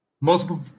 multiple